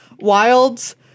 Wilds